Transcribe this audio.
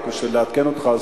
רק בשביל לעדכן אותך,